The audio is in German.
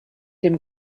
dem